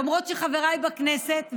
למרות שחבריי בכנסת,